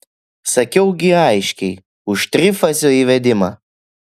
sakiau gi aiškiai už trifazio įvedimą